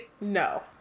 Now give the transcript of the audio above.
No